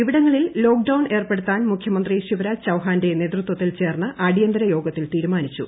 ഇവിടങ്ങളിൽ ലോക്ഡൌൺ ഏർപ്പെടുത്താൻ മുഖ്യമന്ത്രി ശിവരാജ് ചൌഹാന്റെ നേതൃത്വത്തിൽ ചേർന്ന് അടിയന്തിര യോഗത്തിൽ തീരുമാനിച്ചു